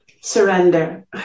Surrender